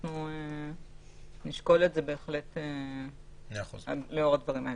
אנחנו בהחלט נשקול את זה בהחלט לאור הדברים האלה.